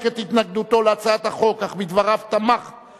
את התנגדותו להצעת החוק אך בדבריו תמך בה,